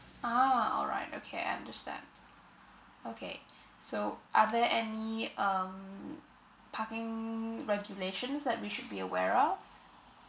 oh alright okay understand okay so are there any um parking regulations that we should be aware of